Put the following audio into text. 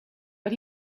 but